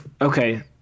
Okay